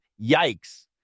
Yikes